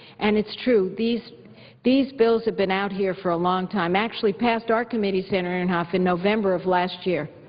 and it's true. these these bills have been out here for a long time. actually passed our committee, senator inhofe, in november of last year.